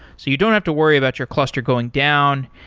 so you don't have to worry about your cluster going down,